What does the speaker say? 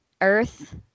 Earth